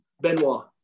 Benoit